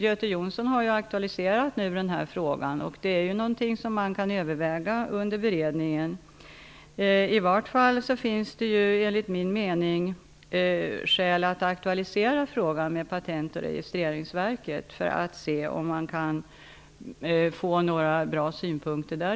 Göte Jonsson har nu aktualiserat den här frågan. Det är någonting som kan övervägas under beredningen. I varje fall finns det, enligt min mening, skäl att aktualisera frågan med Patent och registreringsverket. Därifrån kanske man kan få några bra synpunkter.